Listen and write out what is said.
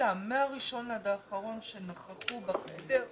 כל מי שנכח בחדר,